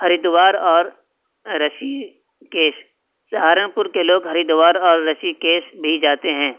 ہریدوار اور رشی کیش سہارنپور کے لوگ ہریدوار اور رشی کیش بھی جاتے ہیں